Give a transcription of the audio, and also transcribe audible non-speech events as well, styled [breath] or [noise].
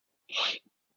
[breath]